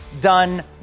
done